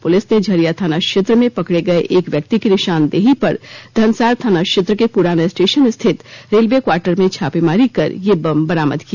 police ने झरिया थाना क्षेत्र में पकड़े गए एक व्यक्ति की निशानदेही पर धनसार थाना क्षेत्र के पुराना स्टेशन स्थित रेलवे क्वार्टर में छापेमारी कर यह बम बरामद किया